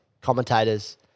commentators